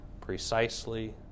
precisely